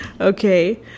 okay